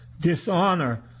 dishonor